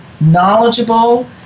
knowledgeable